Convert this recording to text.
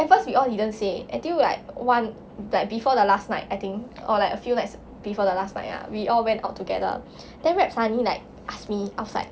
at first we all didn't say until like one like before the last night I think or like a few nights before the last night ah we all went out together then rab suddenly like ask me outside